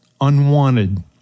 unwanted